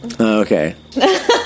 Okay